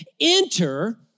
enter